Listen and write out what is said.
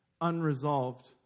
unresolved